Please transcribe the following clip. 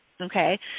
okay